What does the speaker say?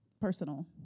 personal